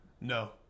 No